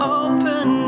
open